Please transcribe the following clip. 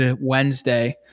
Wednesday